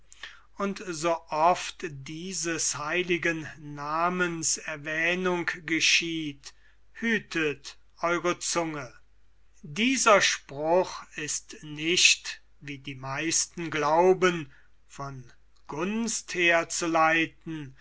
und so oft dieses heiligen namens erwähnung geschieht hütet eure zunge dieser spruch ist nicht wie die meisten glauben von gunst herzuleiten